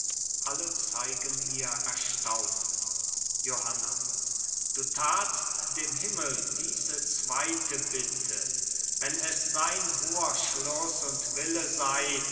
alle zeigen ihr erstaunen johanna du tatst dem himmel diese zweite bitte wenn es sein hoher schluß und wille sei